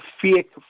fake